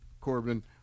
Corbin